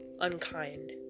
unkind